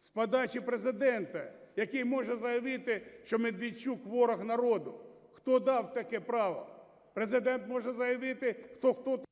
З подачі Президента, який може заявити, що Медведчук – ворог народу, хто дав таке право? Президент може заявити… ГОЛОВУЮЧИЙ. Слово